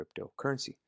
cryptocurrency